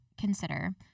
consider